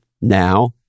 Now